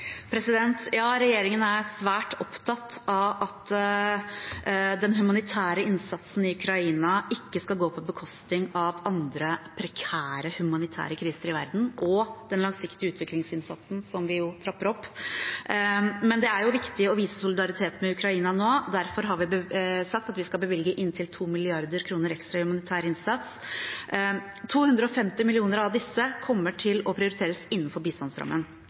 Regjeringen er svært opptatt av at den humanitære innsatsen i Ukraina ikke skal gå på bekostning av andre prekære humanitære kriser i verden og den langsiktige utviklingsinnsatsen som vi trapper opp. Det er viktig å vise solidaritet med Ukraina nå, og derfor har vi sagt at vi skal bevilge inntil 2 mrd. kr ekstra i humanitær innsats. 250 mill. kr av disse kommer til å prioriteres innenfor bistandsrammen